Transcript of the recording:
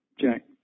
Jack